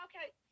Okay